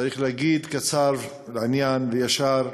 צריך להגיד קצר ולעניין וישר: